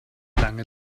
lange